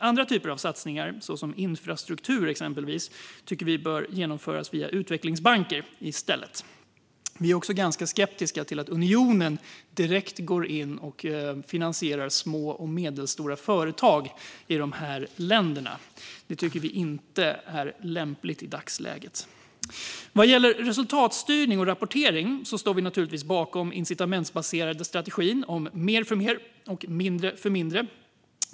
Andra typer av satsningar, såsom infrastruktur, tycker vi i stället bör genomföras via utvecklingsbanker. Vi är också skeptiska till att unionen direkt finansierar små och medelstora företag i dessa länder. Detta tycker vi inte är lämpligt i dagsläget. Vad gäller resultatstyrning och rapportering står vi naturligtvis bakom den incitamentsbaserade strategin om mer för mer och mindre för mindre.